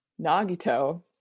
Nagito